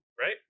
Right